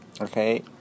Okay